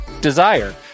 Desire